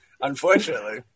Unfortunately